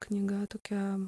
knyga tokia